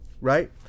right